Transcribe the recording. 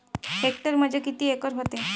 Hectare म्हणजे किती acre व्हते?